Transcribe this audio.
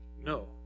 No